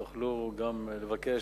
תוכלו לבקש,